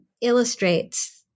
illustrates